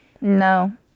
No